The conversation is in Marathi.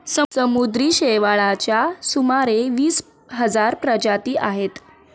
समुद्री शेवाळाच्या सुमारे वीस हजार प्रजाती आहेत